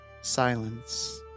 silence